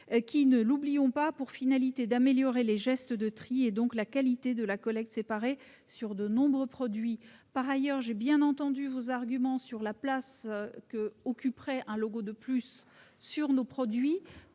qui, ne l'oublions pas, a pour finalité d'améliorer les gestes de tri et, donc, la qualité de la collecte séparée sur de nombreux produits. J'ai bien entendu vos arguments relatifs à la place qu'occuperait un logo supplémentaire sur nos produits,